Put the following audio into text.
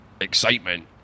excitement